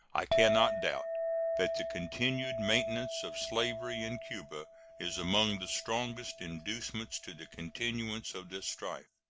i can not doubt that the continued maintenance of slavery in cuba is among the strongest inducements to the continuance of this strife.